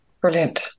Brilliant